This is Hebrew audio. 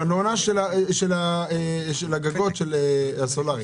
ארנונה של הגגות הסולריים.